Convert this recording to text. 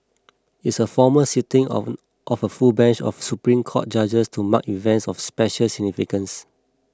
it's a formal sitting of of a full bench of Supreme Court judges to mark events of special significance